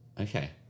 Okay